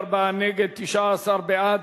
34 נגד, 19 בעד.